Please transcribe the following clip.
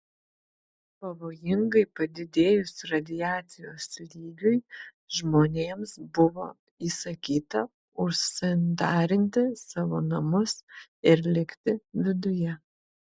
pavojingai padidėjus radiacijos lygiui žmonėms buvo įsakyta užsandarinti savo namus ir likti viduje